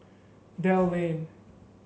Dell Lane